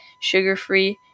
sugar-free